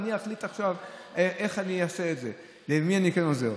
ואני אחליט עכשיו איך אני אעשה את זה ולמי אני כן עוזר,